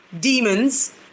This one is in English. demons